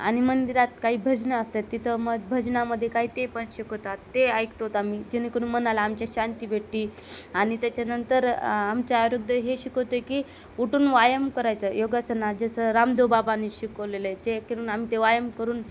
आणि मंदिरात काही भजनं असतात तिथं म भजनामध्ये काही ते पण शिकवतात ते ऐकतोत आम्ही जेणेकरून मनाला आमच्या शांती भेटते आणि त्याच्यानंतर आमचे आरोग्य हे शिकवतो आहे की उठून व्यायाम करायचं योगासना जसं रामदेवबाबानी शिकवलेलं आहे ते करून आम्ही ते व्यायाम करून